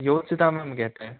யோசிச்சு தான் மேம் கேட்டேன்